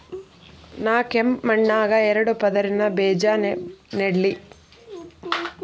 ನಾ ಕೆಂಪ್ ಮಣ್ಣಾಗ ಎರಡು ಪದರಿನ ಬೇಜಾ ನೆಡ್ಲಿ?